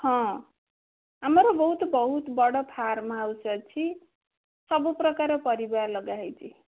ହଁ ଆମର ବହୁତ ବହୁତ ବଡ଼ ଫାର୍ମ ହାଉସ୍ ଅଛି ସବୁ ପ୍ରକାର ପରିବା ଲଗାହେଇଛି